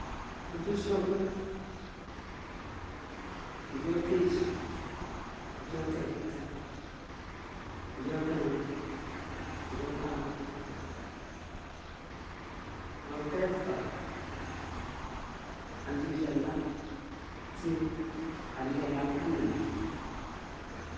Ajijala ọtsọgua, ajijala okeji, ajijale okieta, ojutse otsogha, ojutse akeji ojutse ọkp̣ẹta ojutsẹ ọkẹrẹn, ojijala isoja ojijala tie, ojijala kporo.